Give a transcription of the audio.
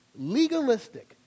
legalistic